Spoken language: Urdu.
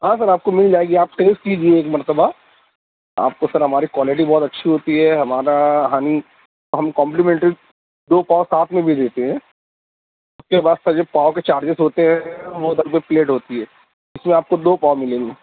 ہاں سر آپ کو مل جائے گی آپ ٹیسٹ کیجیے ایک مرتبہ آپ کو سر ہماری کوالٹی بہت اچھی ہوتی ہے ہمارا ہنی ہم کامپلیمینٹی دو پاؤ ساتھ میں بھی دیتے ہیں اس کے بعد سر جو پاؤ کے چارجز ہوتے ہیں وہ دس روپے پلیٹ ہوتی ہے اس میں آپ کو دو پاؤ ملیں گے